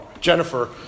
Jennifer